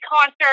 concert